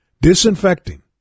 disinfecting